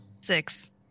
Six